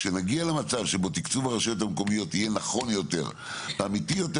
כשנגיע למצב שבו תקצוב הרשויות המקומיות יהיה נכון יותר ואמיתי יותר,